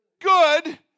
good